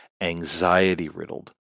anxiety-riddled